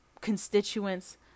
constituents